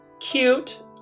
cute